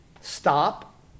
stop